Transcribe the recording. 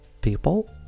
people